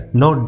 no